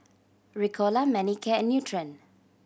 Ricola Manicare and Nutren